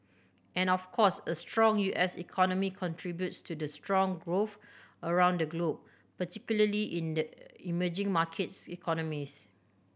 and of course a strong U S economy contributes to strong growth around the globe particularly in the emerging markets economies